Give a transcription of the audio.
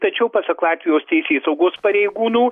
tačiau pasak latvijos teisėsaugos pareigūnų